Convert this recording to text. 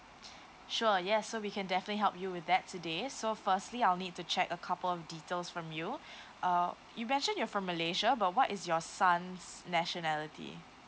sure yes so we can definitely help you with that today so firstly I will need to check a couple of details from you uh you mentioned you are from malaysia but what is your son's nationality